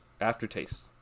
aftertaste